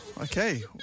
okay